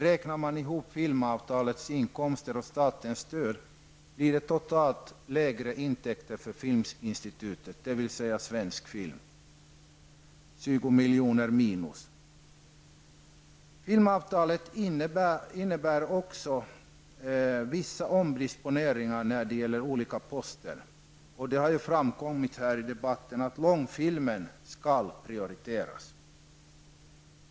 Räknar man ihop filmavtalets inkomster och statens stöd så blir det totalt sett lägre intäkter för Filminstitutet, dvs. svensk film. Det rör sig om minus 20 milj.kr. Filmavtalet innebär också vissa omdisponeringar när det gäller olika poster. Långfilmen skall, som också har framgått av debatten i dag, prioriteras.